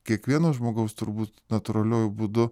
kiekvieno žmogaus turbūt natūraliuoju būdu